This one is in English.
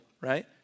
right